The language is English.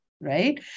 Right